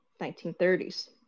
1930s